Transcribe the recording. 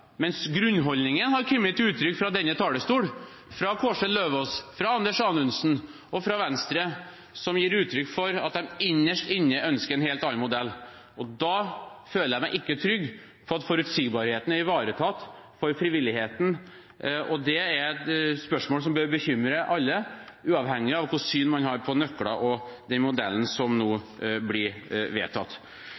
mens grunnholdningen har kommet til uttrykk fra denne talerstolen, fra Kårstein Eidem Løvaas, fra Anders Anundsen og fra Venstre, som gir uttrykk for at de innerst inne ønsker en helt annen modell. Da føler jeg meg ikke trygg på at forutsigbarheten er ivaretatt for frivilligheten, og det er et spørsmål som bør bekymre alle, uavhengig av hvilket syn man har på nøkler og den modellen som nå